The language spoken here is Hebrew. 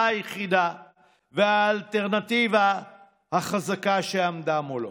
היחידה והאלטרנטיבה החזקה שעמדה מולו.